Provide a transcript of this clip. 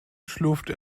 schlurfte